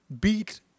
beat